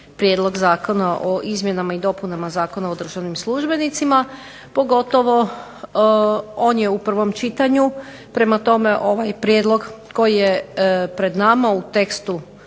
prijedlog Zakona o izmjenama i dopunama Zakona o državnim službenicima, pogotovo on je u prvom čitanju, prema tome ovaj prijedlog koji je pred nama u tekstu